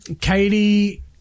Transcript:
Katie